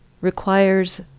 requires